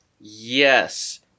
Yes